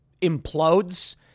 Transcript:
implodes